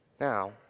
now